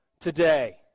today